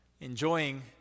Enjoying